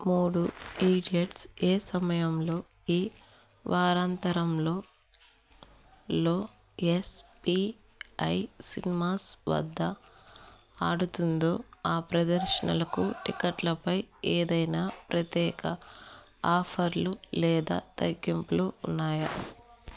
మూడు ఈడియట్స్ ఏ సమయంలో ఈ వారాంతరంలో లో ఎస్ పి ఐ సినిమాస్ వద్ద ఆడుతుందో ఆ ప్రదర్శనలకు టిక్కెట్లపై ఏదైనా ప్రత్యేక ఆఫర్లు లేదా తగ్గింపులు ఉన్నాయా